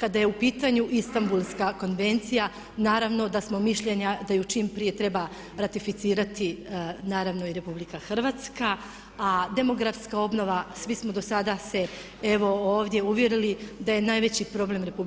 Kada je u pitanju Istanbulska konvencija naravno da smo mišljenja da je čim prije treba ratificirati naravno i RH, a demografska obnova svi smo dosada se evo ovdje uvjerili da je najveći problem RH